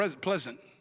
pleasant